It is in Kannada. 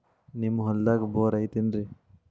ನಿಮ್ಮ ಹೊಲ್ದಾಗ ಬೋರ್ ಐತೇನ್ರಿ?